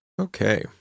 Okay